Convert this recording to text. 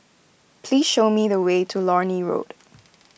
please show me the way to Lornie Road